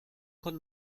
con